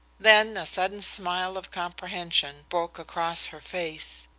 then a sudden smile of comprehension broke across her face.